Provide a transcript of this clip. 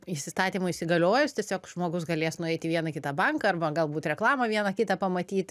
įsistatymui įsigaliojus tiesiog žmogus galės nueiti į vieną kitą banką arba galbūt reklamą vieną kitą pamatyt